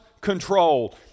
control